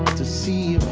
to see